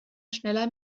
schneller